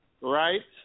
right